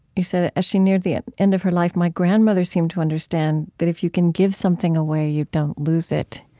you said, ah as she neared the end of her life, my grandmother seemed to understand that if you can give something away, you don't lose it.